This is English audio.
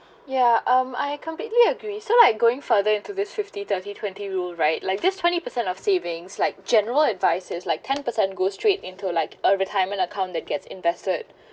yeah um I completely agree so like going further into this fifty thirty twenty rule right like just twenty percent of savings like general advice is like ten percent go straight into like a retirement account that gets invested